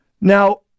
now